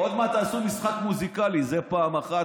עוד מעט תעשו משחק מוזיקלי: זה פעם אחת,